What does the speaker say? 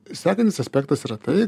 sekantis aspektas yra tai